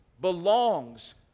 Belongs